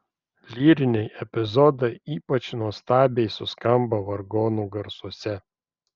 lyriniai epizodai ypač nuostabiai suskambo vargonų garsuose